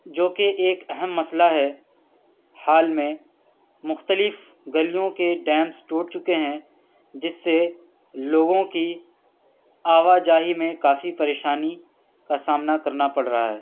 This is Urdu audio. جو کہ ایک اہم مسئلہ ہے حال میں مختلف گلیوں کے ڈیمس ٹوٹ چکے ہیں جس سے لوگوں کی آوا جاہی میں کافی پریشانی کا سامنا کرنا پڑ رہا ہے